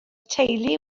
teulu